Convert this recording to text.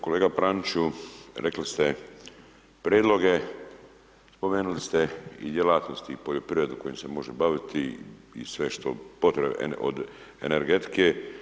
Kolega Praniću, rekli ste prijedloge, spomenuli ste i djelatnosti i poljoprivredu kojima se može baviti i sve što je potrebno od energetike.